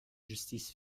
justice